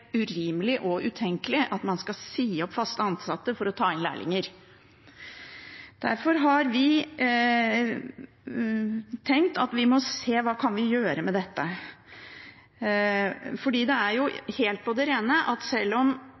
urimelig og utenkelig at man skal si opp fast ansatte for å ta inn lærlinger. Derfor har vi tenkt at vi må se på hva vi kan gjøre med dette, for det er helt på det rene at sjøl om